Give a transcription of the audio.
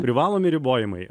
privalomi ribojimai